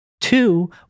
Two